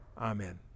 Amen